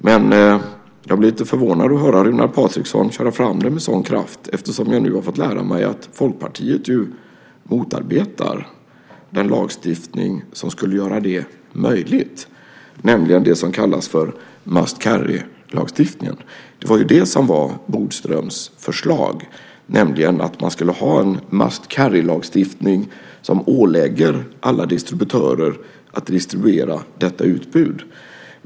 Men jag blir lite förvånad över att höra Runar Patriksson föra fram den med sådan kraft, eftersom jag nu har fått lära mig att Folkpartiet ju motarbetar den lagstiftning som skulle göra det möjligt, nämligen det som kallas för must carry lagstiftning. Det var ju det som var Bodströms förslag, nämligen att man skulle ha en must carry lagstiftning som ålägger alla distributörer att distribuera detta utbud.